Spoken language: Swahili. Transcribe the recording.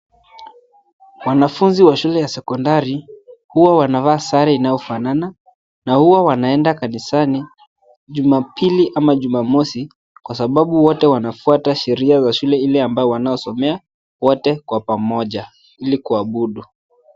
Wanafunzi wa shule ya sekondari, huwa wanafaa sare inayofanana, na huwa wanaenda kanisani, jumapili, ama jumamosi, kwa sababu wote wanafuata sheria za shule ile ambao wanaosomea wote kwa pamoja, ili kuabudu.